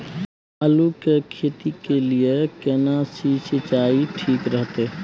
आलू की खेती के लिये केना सी सिंचाई ठीक रहतै?